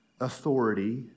authority